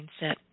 mindset